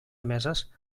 emeses